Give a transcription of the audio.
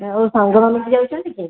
ଆଉ ସାଙ୍ଗ ମାନେ କେହି ଯାଉଛନ୍ତି କି